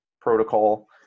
protocol